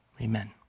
amen